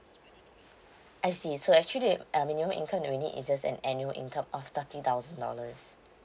I see so actually um minimum income we need is just an annual income of thirteen thousand dollars